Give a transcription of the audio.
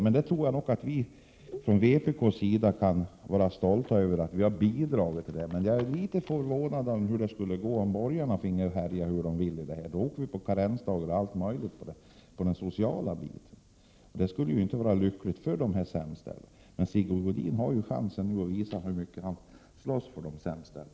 Vi kan från vpk:s sida vara stolta över att ha bidragit till detta, men jag är litet tveksam till hur det skulle gå, om borgarna finge härja fritt. Då skulle vi få karensdagar och alla möjliga andra försämringar i socialt avseende. Det skulle inte vara lyckligt för de sämst ställda. Sigge Godin har nu chansen att visa hur mycket han ställer upp för dem.